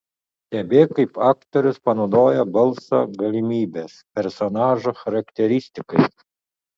stebėk kaip aktorius panaudoja balso galimybes personažo charakteristikai